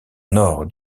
nord